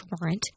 warrant